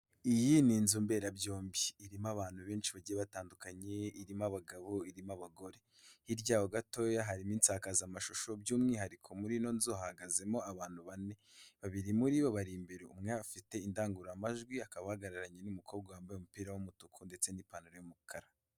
Iyi ni inzu mberabyombi irimo abantu benshi bagiye batandukanye, irimo abagabo, irimo abagore. Hirya yaho gatoya harimo insakazamashusho by'umwihariko muri ino nzi hahagazemo abantu bane. Babiri muri bo bari imbere, umwe afite indangururamajwi akaba ahagararanye n'umukobwa wambaye umupira w'umutuku ndetse n'ipantaro y'umukara.